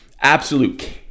Absolute